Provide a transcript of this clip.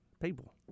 People